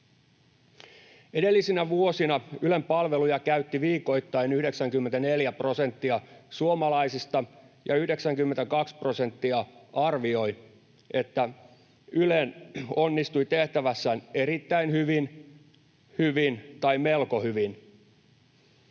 Edellisinä vuosina Ylen palveluja käytti viikoittain 94 prosenttia suomalaisista ja 92 prosenttia arvioi, että Yle onnistui tehtävässään erittäin hyvin, hyvin tai melko hyvin.